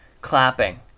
clapping